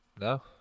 no